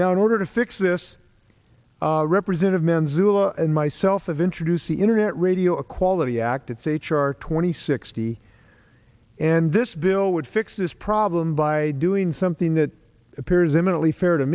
now in order to fix this represented manzullo and myself of introduce the internet radio equality act it's h r twenty sixty and this bill would fix this problem by doing something that appears eminently fair to